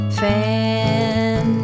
fan